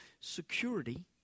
security